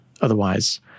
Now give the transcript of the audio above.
Otherwise